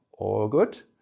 all good?